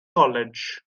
college